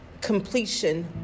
completion